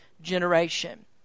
generation